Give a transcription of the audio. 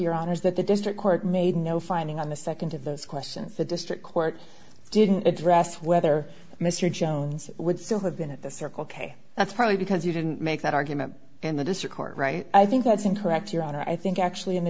your honor's that the district court made no finding on the nd of those questions the district court didn't address whether mr jones would still have been at the circle k that's probably because you didn't make that argument and the district court right i think that's incorrect your honor i think